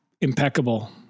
impeccable